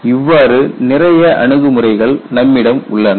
இவ்வாறு நிறைய அணுகுமுறைகள் நம்மிடம் உள்ளன